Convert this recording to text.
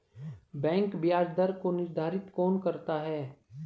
Bank ब्याज दर को निर्धारित कौन करता है?